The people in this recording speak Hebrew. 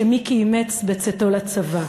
שמיקי אימץ בצאתו לצבא,